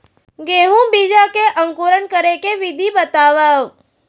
गेहूँ बीजा के अंकुरण करे के विधि बतावव?